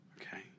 Okay